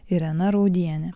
irena raudienė